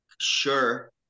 sure